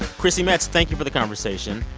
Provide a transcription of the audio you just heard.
chrissy metz, thank you for the conversation.